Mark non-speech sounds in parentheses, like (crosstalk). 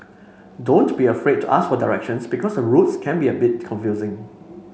(noise) don't be afraid to ask for directions because the roads can be a bit confusing